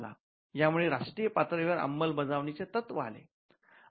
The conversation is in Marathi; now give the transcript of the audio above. या मुळे राष्ट्रीय पातळीवर अंमलबजावणी चे तत्व आले